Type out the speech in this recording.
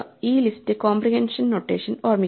ഈ list comprehension notation ഓർമ്മിക്കുക